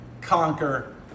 conquer